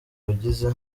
wagize